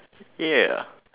ya